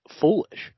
foolish